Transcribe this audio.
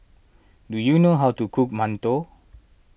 do you know how to cook Mantou